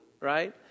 right